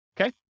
Okay